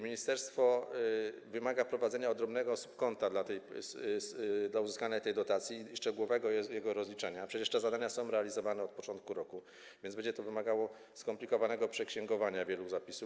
Ministerstwo wymaga prowadzenia odrębnego subkonta dla uzyskania tej dotacji, szczegółowego jej rozliczenia, a przecież te zadania są realizowane od początku roku, więc będzie to wymagało skomplikowanego przeksięgowania wielu zapisów.